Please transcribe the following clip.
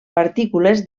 partícules